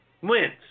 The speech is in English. Wins